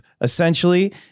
essentially